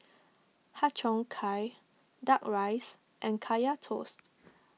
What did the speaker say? Har Cheong Gai Duck Rice and Kaya Toast